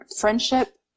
friendship